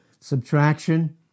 Subtraction